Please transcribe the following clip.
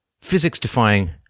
physics-defying